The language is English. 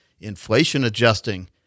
inflation-adjusting